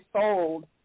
sold